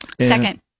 Second